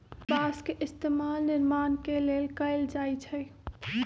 बास के इस्तेमाल निर्माण के लेल कएल जाई छई